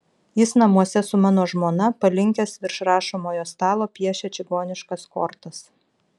jis namuose su mano žmona palinkęs virš rašomojo stalo piešia čigoniškas kortas